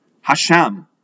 Hashem